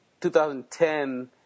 2010